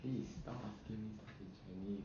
please stop asking me stuff in chinese